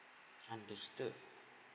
understood